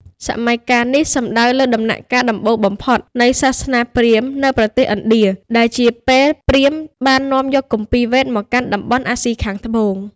សម័យកាលនេះសំដៅលើដំណាក់កាលដំបូងបំផុតនៃសាសនាព្រាហ្មណ៍នៅប្រទេសឥណ្ឌា ដែលជាពេលព្រាហ្មណ៍បាននាំយកគម្ពីរ វេទ មកកាន់តំបន់អាស៊ីខាងត្បូង។